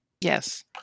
Yes